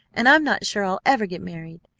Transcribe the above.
and i'm not sure i'll ever get married.